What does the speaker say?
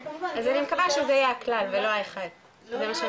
אז אני מקווה שזה יהיה הכלל ולא האחד ------ אבל